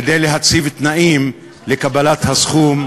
כדי להציב תנאים לקבלת הסכום,